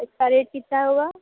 इसका रेट कितना हुआ